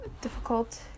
difficult